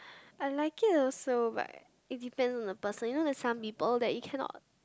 I like it also but it depend on the person you know there's some people that you cannot